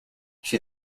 she